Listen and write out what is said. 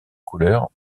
couleur